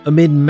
Amid